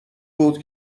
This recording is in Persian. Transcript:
بود